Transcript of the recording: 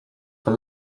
for